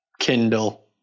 Kindle